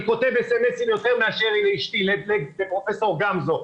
אני כותב אס.אמ.אסים יותר מאשר לאשתי לפרופ' גמזו,